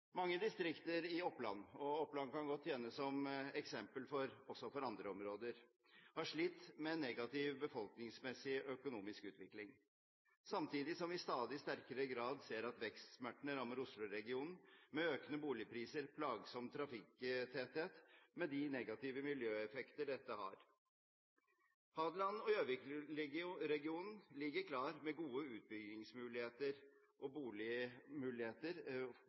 Mange distrikter i Oppland – og Oppland kan godt tjene som eksempel også for andre områder – har slitt med negativ befolkningsmessig økonomisk utvikling, samtidig som vi i stadig sterkere grad ser at vekstsmertene rammer Oslo-regionen med økende boligpriser og plagsom trafikktetthet, med de negative miljøeffekter dette har. Hadeland og Gjøvik-regionen ligger klar med gode utbyggingsmuligheter, boligmuligheter og